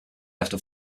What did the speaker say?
after